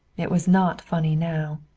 it was not funny now.